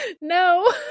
No